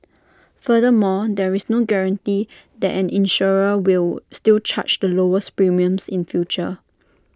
furthermore there is no guarantee that an insurer will still charge the lowest premiums in future